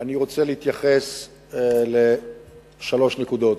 אני רוצה להתייחס לשלוש נקודות.